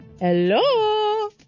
Hello